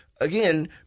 again